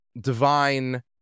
divine